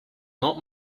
not